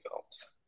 films